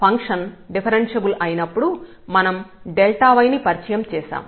function differentiable అయినప్పుడు మనం y ని పరిచయం చేశాం